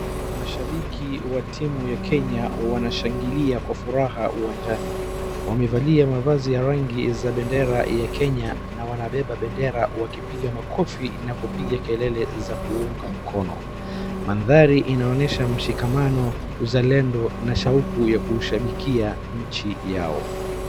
Mashabiki wa timu ya Kenya wanashangilia kwa furaha uwanjani. Wamevalia mavazi ya rangi za bendera za Kenya na wanabeba bendera wakipiga makofi na kupiga kelele za kuunga mkono. Mandhari inaonyesha mashikamano, uzalendo na shauku ya kushabikia nchi yao.